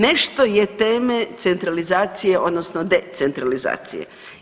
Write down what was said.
Nešto je teme centralizacije odnosno decentralizacije.